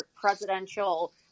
presidential